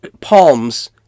palms